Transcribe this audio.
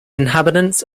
inhabitants